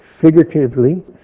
figuratively